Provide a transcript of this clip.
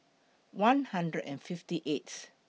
one hundred and fifty eighth